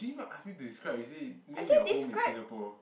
didn't even ask me to describe is it name your home in Singapore